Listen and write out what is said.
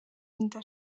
inda